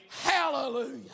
Hallelujah